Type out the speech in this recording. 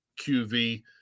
QV